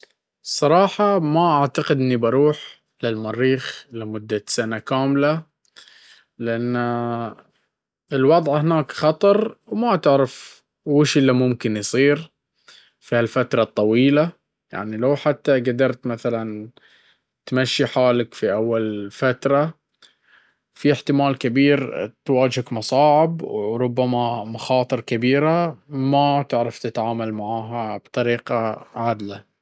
الصرحة ما اعتقد بروح للمريخ لمدة سنة كاملة لانه الوضع هناك خطر وما تعرف ويش اللي ممكن يصير في هالفترة الطويلة وحتى لو ممكن قدرت مثلا انك تمشي حالك في أول فترة في احتمال تواجهك مصاعم او حتى مصاعب كبيرة ما تعرف تتعامل معاها بطريقة عدلة.